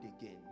again